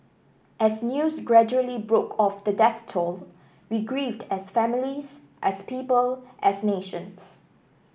as news gradually broke of the death toll we grieved as families as people as nations